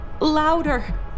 louder